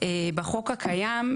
בחוק הקיים,